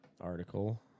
article